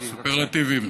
בסופרלטיבים.